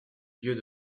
lieux